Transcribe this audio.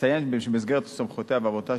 אציין שבמסגרת סמכויותיה ועבודתה,